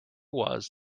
was